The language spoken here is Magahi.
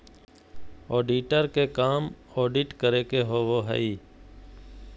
ऑडिटर के काम ऑडिट करे के होबो हइ